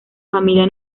familia